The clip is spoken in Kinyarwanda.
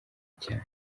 cyane